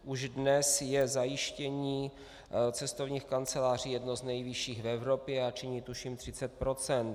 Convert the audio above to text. Už dnes je zajištění cestovních kanceláří jedno z nejvyšších v Evropě a činí tuším 30 %.